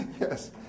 Yes